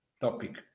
topic